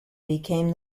became